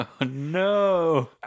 No